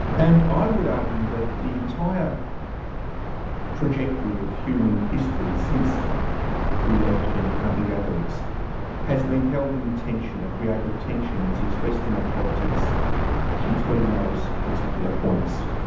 and i would argue that the entire trajectory of human history since we left being hunter gatherers has been held in tension, a creative tension that's expressed in our politics between those particular points.